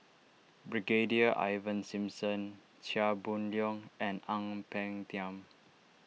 Brigadier Ivan Simson Chia Boon Leong and Ang Peng Tiam